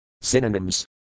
Synonyms